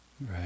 right